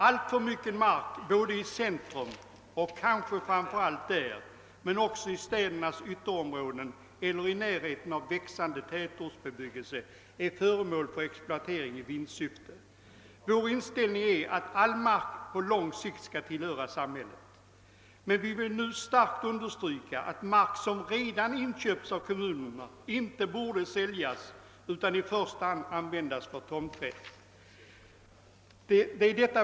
Allt för mycken mark i centrum — och kanske framför allt där — men också i städernas ytterområden eller i närheten av växande tätortsbebyggelse är föremål för exploatering i vinstsyfte. Vår inställning är att all mark på lång sikt skall tillhöra samhället. Vi vill emellertid starkt understryka att mark som redan inköpts av en kommun inte bör säljas utan i första hand användas för tomträtt.